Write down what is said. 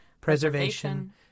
preservation